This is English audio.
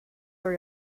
are